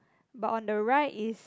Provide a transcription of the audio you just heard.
but on the right is